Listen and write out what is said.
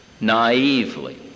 naively